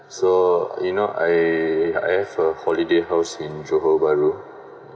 so you know I I have a holiday house in johor bahru